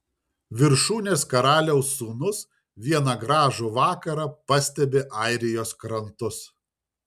viršūnės karaliaus sūnus vieną gražų vakarą pastebi airijos krantus